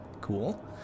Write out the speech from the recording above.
Cool